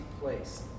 place